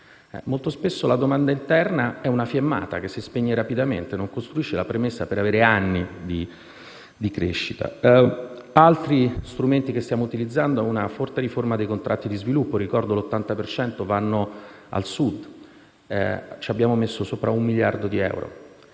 Molto spesso la domanda interna è una fiammata che si spegne rapidamente e non costituisce la premessa per avere anni di crescita. Tra gli altri strumenti che stiamo utilizzando c'è una forte riforma dei contratti di sviluppo. Ricordo che l'80 per cento va al Sud. Ci abbiamo messo sopra un miliardo di euro.